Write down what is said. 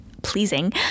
pleasing